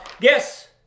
guess